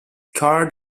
car